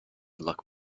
luck